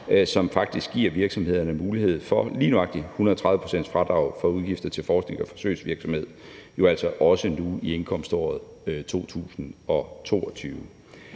som faktisk giver virksomhederne mulighed for fradrag på lige nøjagtig 130 pct. for udgifter til forsknings- og forsøgsvirksomhed også i indkomståret 2022.